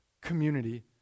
community